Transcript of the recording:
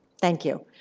thank you.